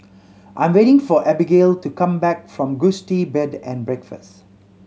I'm waiting for Abigale to come back from Gusti Bed and Breakfast